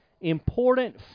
important